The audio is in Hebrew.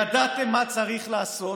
ידעתם מה צריך לעשות,